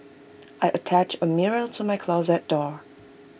I attached A mirror to my closet door